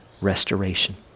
restoration